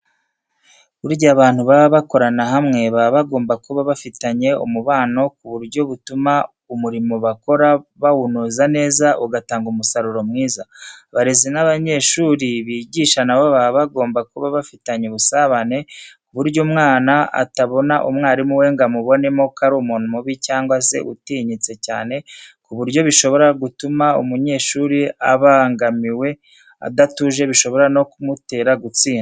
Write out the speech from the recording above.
Burya abantu baba bakora hamwe baba bagomba kuba bafitanye umubano ku buryo butuma umurimo bakora bawukora neza ugatanga umusaruro mwiza. Abarezi n'abanyeshuri bigisha na bo baba bagomba kuba bafitanye ubusabane ku buryo umwana atabona umwarimu we ngo amubonemo ko ari umuntu mubi cyangwa se utinyitse cyane ku buryo bishobora gutuma umunyeshuri aba abangamiwe adatuje bishobora no kumutera gutsindwa.